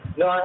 no